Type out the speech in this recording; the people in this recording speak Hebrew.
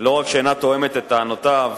לא רק שאינה תואמת את טענותיו,